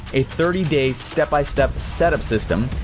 a thirty day step by step setup system,